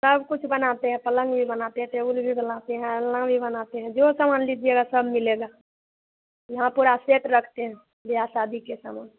सबकुछ बनाते हैं पलंग भी बनाते हैं टेबुल भी बनाते हैं अलना भी बनाते हैं जो सामान लीजिएगा सब मिलेगा यहाँ पूरा सेट रखते हैं बियाह शादी का सामान